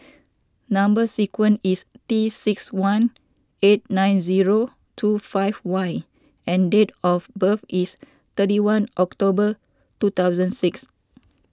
Number Sequence is T six one eight nine zero two five Y and date of birth is thirty one October two thousand six